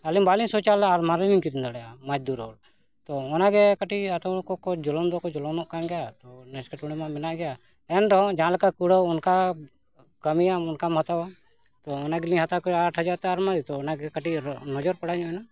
ᱟᱹᱞᱤᱧ ᱵᱟᱹᱞᱤᱧ ᱥᱳᱪᱟᱞᱮᱭᱟ ᱟᱨ ᱢᱟᱨᱟᱝᱞᱤᱧ ᱠᱤᱨᱤᱧ ᱫᱟᱲᱮᱭᱟᱜᱼᱟ ᱢᱟᱡᱷᱩᱨ ᱛᱚ ᱚᱱᱟ ᱜᱮ ᱠᱟᱴᱤᱡ ᱟᱛᱳ ᱠᱚᱠᱚ ᱡᱚᱞᱚᱱ ᱫᱚᱠᱚ ᱡᱚᱞᱚᱱᱚᱜ ᱠᱟᱱ ᱜᱮᱭᱟ ᱛᱚ ᱱᱮᱥᱠᱮᱴ ᱢᱟ ᱢᱮᱱᱟᱜ ᱜᱮᱭᱟ ᱮᱱ ᱨᱮᱦᱚᱸ ᱡᱟᱦᱟᱸ ᱞᱮᱠᱟ ᱠᱩᱲᱟᱹᱣ ᱚᱱᱠᱟ ᱠᱟᱹᱢᱤᱭᱟ ᱚᱱᱠᱟᱢ ᱦᱟᱛᱟᱣᱟ ᱛᱚ ᱚᱱᱟ ᱜᱮᱞᱤᱧ ᱦᱟᱛᱟᱣ ᱠᱮᱭᱟ ᱟᱴ ᱦᱟᱡᱟᱨ ᱛᱮ ᱟᱨ ᱢᱟᱹᱡᱷᱤ ᱛᱚ ᱚᱱᱟᱜᱮ ᱠᱟᱹᱴᱤᱡ ᱱᱚᱡᱚᱨ ᱯᱟᱲᱟᱣ ᱧᱚᱜ ᱮᱱᱟ